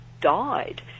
died